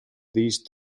these